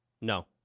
No